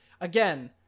again